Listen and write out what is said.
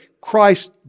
Christ